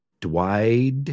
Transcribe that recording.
Dwight